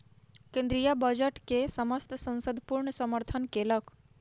केंद्रीय बजट के समस्त संसद पूर्ण समर्थन केलक